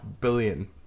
billion